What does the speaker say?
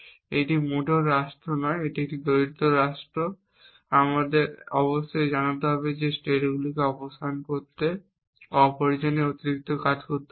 এটি মোটেও রাষ্ট্র নয় এটি একটি দরিদ্র রাষ্ট্র এবং আমাদের অবশ্যই জানতে হবে স্টেটগুলিকে অপসারণ করতে অপ্রয়োজনীয় অতিরিক্ত কাজ করতে হবে